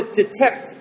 detect